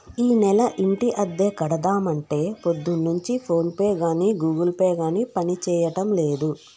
ఈనెల ఇంటి అద్దె కడదామంటే పొద్దున్నుంచి ఫోన్ పే గాని గూగుల్ పే గాని పనిచేయడం లేదు